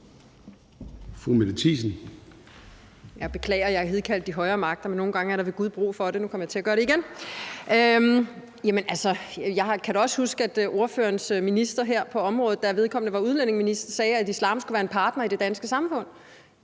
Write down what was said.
Mette Thiesen (DF): Jeg beklager, at jeg hidkaldte de højere magter, men nogle gange er der ved gud brug for det – og nu kom jeg til at gøre det igen! Jeg kan da også huske, at ordførerens minister her på området, da vedkommende var udlændingeminister, sagde, at islam skulle være en partner i det danske samfund.